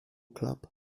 club